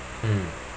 mm